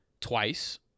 twice